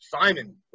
Simon